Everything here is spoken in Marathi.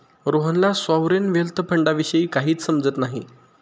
रोहनला सॉव्हरेन वेल्थ फंडाविषयी काहीच समजत नाही